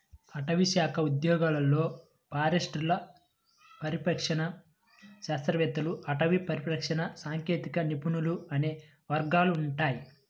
అటవీశాఖ ఉద్యోగాలలో ఫారెస్టర్లు, పరిరక్షణ శాస్త్రవేత్తలు, అటవీ పరిరక్షణ సాంకేతిక నిపుణులు అనే వర్గాలు ఉంటాయి